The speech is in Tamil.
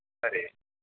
சரி